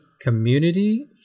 community